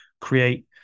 create